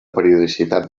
periodicitat